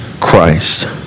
Christ